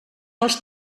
als